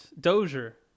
Dozier